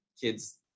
kids